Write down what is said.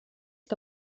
que